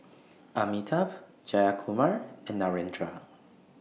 Amitabh Jayakumar and Narendra